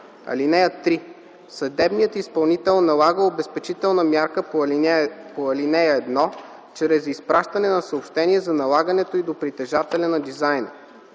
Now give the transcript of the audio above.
съда. (3) Съдебният изпълнител налага обезпечителна мярка по ал. 1 чрез изпращане на съобщение за налагането й до притежателя на дизайна.